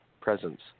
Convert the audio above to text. presence